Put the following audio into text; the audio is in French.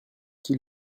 qui